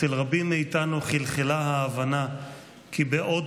אצל רבים מאיתנו חלחלה ההבנה כי בעוד